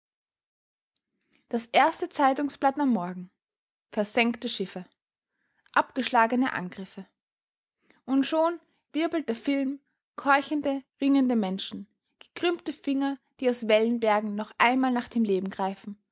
das erste zeitungsblatt am morgen versenkte schiffe abgeschlagene angriffe und schon wirbelt der film keuchende ringende menschen gekrümmte finger die aus wellenbergen noch einmal nach dem leben greifen